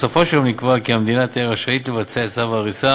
בסופו של יום נקבע כי המדינה תהיה רשאית לבצע את צו ההריסה